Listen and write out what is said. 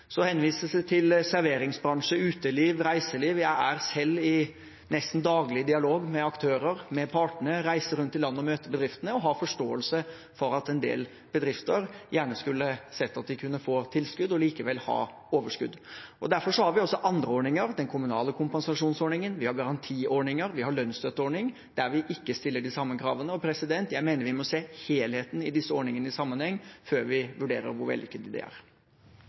Så henvises det til serveringsbransje, uteliv, reiseliv. Jeg er selv nesten daglig i dialog med aktører, med partene, reiser rundt i landet og møter bedriftene og har forståelse for at en del bedrifter gjerne skulle sett at de kunne få tilskudd og likevel ha overskudd. Derfor har vi også andre ordninger. Vi har den kommunale kompensasjonsordningen, vi har garantiordninger, vi har lønnsstøtteordningen, der vi ikke stiller de samme kravene. Jeg mener vi må se helheten i disse ordningene i sammenheng før vi vurderer hvor vellykkede de er. Kan statsråden forklare forskjellen på at det er